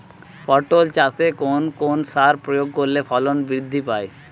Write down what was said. পটল চাষে কোন কোন সার প্রয়োগ করলে ফলন বৃদ্ধি পায়?